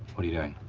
what are you doing?